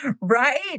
Right